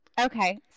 Okay